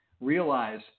Realize